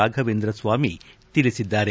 ರಾಫವೇಂದ್ರಸ್ವಾಮಿ ತಿಳಿಸಿದ್ದಾರೆ